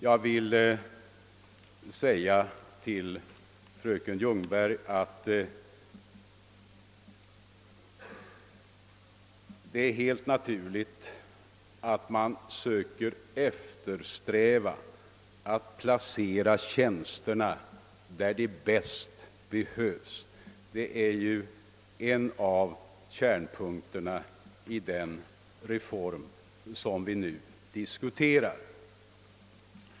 Jag vill säga till fröken Ljungberg att det är helt naturligt att man försöker placera tjänsterna där de bäst behövs; det är en av kärn punkterna i det reformförslag vi nu diskuterar.